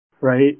right